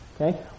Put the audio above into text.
Okay